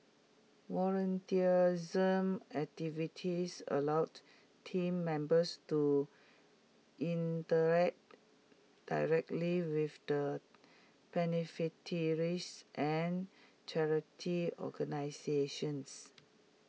volunteerism activities allowed Team Members to interact directly with the and charity organisations